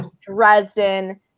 Dresden